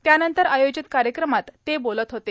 त्यानंतर आयोजित कार्यक्रमात ते बोलत होते